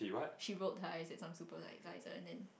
she roll her eyes and some super like and then